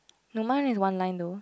no mine is one line though